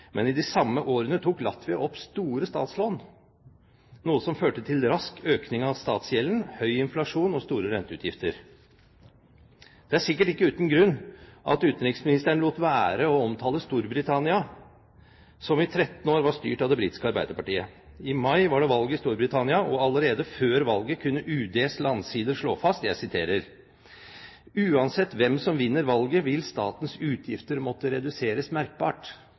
Men i de samme årene tok Latvia opp store statslån, noe som førte til rask økning av statsgjelden, høy inflasjon og store renteutgifter. Det er sikkert ikke uten grunn at utenriksministeren lot være å omtale Storbritannia, som i 13 år var styrt av det britiske arbeiderpartiet. I mai var det valg i Storbritannia, og allerede før valget kunne UDs landsider slå fast: «Uansett hvem som vinner valget vil statens utgifter måtte reduseres merkbart.»